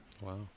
Wow